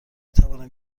توانم